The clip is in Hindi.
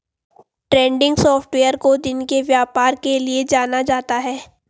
ट्रेंडिंग सॉफ्टवेयर को दिन के व्यापार के लिये जाना जाता है